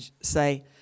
say